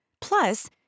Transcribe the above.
Plus